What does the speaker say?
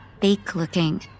fake-looking